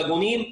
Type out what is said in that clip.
בדונים,